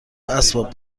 اسباب